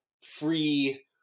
free